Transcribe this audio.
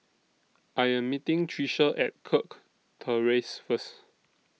I Am meeting Tricia At Kirk Terrace First